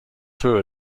through